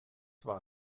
war